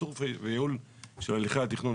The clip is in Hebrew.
וקיצור וייעול של הליכי התכנון,